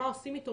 מה עושים איתו?